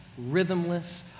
rhythmless